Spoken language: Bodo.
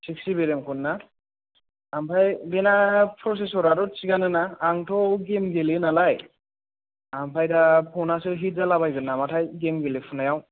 सिक्स जिभि रेम खौना ओमफ्राय बेना प्रचेछराथ' थिगानो ना आंथ' गेम गेलेयो नालाय ओमफ्राय दा फनासो हिट जालाबायगोन नामाथाय गेम गेलेफुनायाव